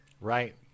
right